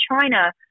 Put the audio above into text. china